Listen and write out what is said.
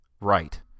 right